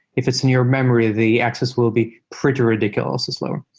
if it's near memory, the access will be pretty ridiculous slow.